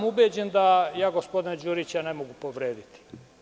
Ubeđen sam da gospodina Đurića ne mogu povrediti.